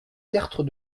tertre